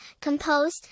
composed